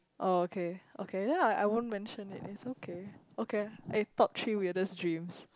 oh okay okay then I I won't mention it it's okay okay eh top three weirdest dreams